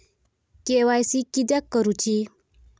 KYC किदयाक करूची?